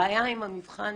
הבעיה עם מבחן